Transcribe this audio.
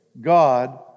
God